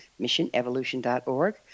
missionevolution.org